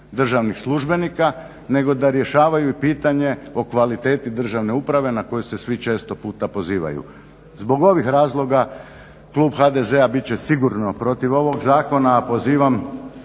državnih službenika, nego da rješavaju i pitanje o kvaliteti državne uprave na koju se svi često puta pozivaju. Zbog ovih razloga klub HDZ-a bit će sigurno protiv ovog zakona, a pozivam